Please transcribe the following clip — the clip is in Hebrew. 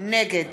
נגד